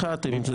כרגע אחד.